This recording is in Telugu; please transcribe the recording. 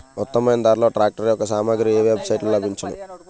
ఉత్తమమైన ధరలో ట్రాక్టర్ యెక్క సామాగ్రి ఏ వెబ్ సైట్ లో లభించును?